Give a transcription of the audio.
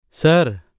Sir